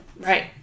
Right